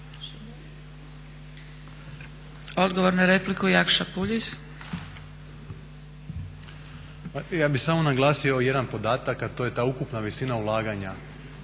Odgovor na repliku Jakša Puljiz. **Puljiz, Jakša** Pa ja bi samo naglasio jedan podataka a to je ta ukupna visina ulaganja